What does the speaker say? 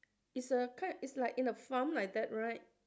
it's a ki~ it's like in a farm like that right